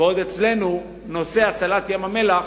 בעוד שאצלנו נושא הצלת ים-המלח